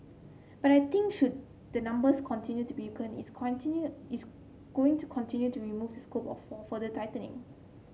but I think should the numbers continue to weaken it's continue it's going to continue to remove the scope for further tightening